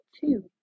two